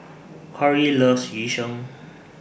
Corrie loves Yu Sheng